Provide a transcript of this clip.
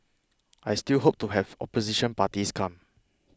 I still hope to have opposition parties come